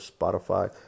Spotify